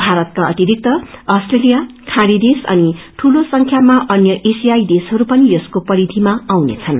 भारतका अरिरिक्त आस्ट्रेलियाखाही देश औ दूलो संख्यामा अन्य एशियाई देशहरू पनि यसको परिधिमा आउनेछन्